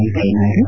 ವೆಂಕಯ್ಯನಾಯ್ತು